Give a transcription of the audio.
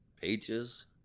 pages